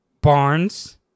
Barnes